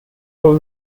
our